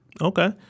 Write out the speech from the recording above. Okay